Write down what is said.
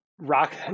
rock